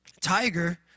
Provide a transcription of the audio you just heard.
Tiger